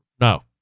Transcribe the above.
no